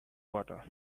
water